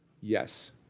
Yes